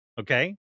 okay